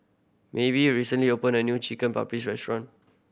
Maeve recently opened a new Chicken Paprikas Restaurant